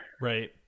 Right